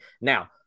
now